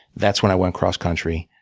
that's when i went cross country,